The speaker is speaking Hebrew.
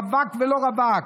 רווק ולא רווק,